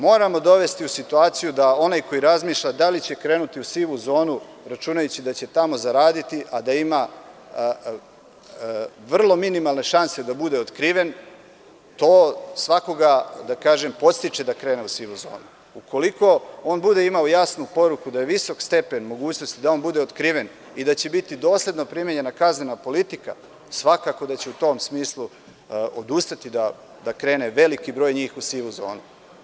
Moramo dovesti situaciju da onaj ko razmišlja da li će krenuti u sivu zonu, računajući da će tamo zaraditi, a da ima vrlo minimalne šanse da bude otkriven, to svakoga podstiče da krene u sivu zonu i ukoliko on bude imao jasnu poruku da je visok stepen mogućnosti da bude otkriven i da će biti dosledno primenjena kaznena politika, svakako da će u tom smislu odustati veliki broj krene u sivu zonu.